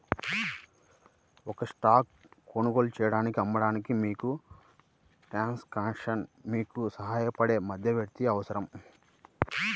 ఒక స్టాక్ కొనుగోలు చేయడానికి, అమ్మడానికి, మీకు ట్రాన్సాక్షన్లో మీకు సహాయపడే మధ్యవర్తి అవసరం